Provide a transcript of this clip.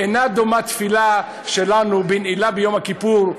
אינה דומה תפילה שלנו ב"נעילה" ביום הכיפור,